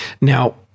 Now